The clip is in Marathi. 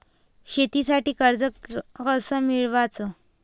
शेतीसाठी कर्ज कस मिळवाच?